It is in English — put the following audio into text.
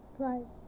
right